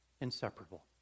inseparable